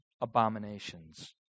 abominations